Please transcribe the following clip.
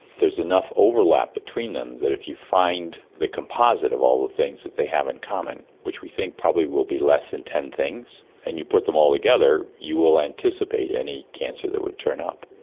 there's enough overlap between them that if you find the composite of all the things that they have in common, which we think probably will be less than ten things, and you put them all together, you will anticipate any cancer that would turn up.